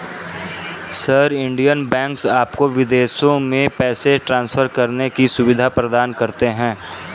sir, Indian banks आपको विदेशों में पैसे ट्रान्सफर करने की सुविधा प्रदान करते हैं